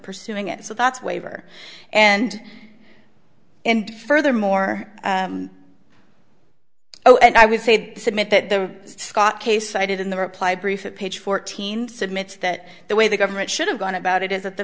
pursuing it so that's waiver and and furthermore oh and i would say submit that the scott case cited in the reply brief of page fourteen submits that the way the government should have gone about it is at the